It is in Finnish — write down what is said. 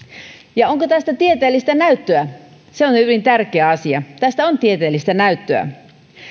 ja onko tästä tieteellistä näyttöä se on se hyvin tärkeä asia tästä on tieteellistä näyttöä